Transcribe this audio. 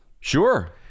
Sure